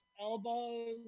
elbows